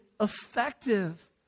effective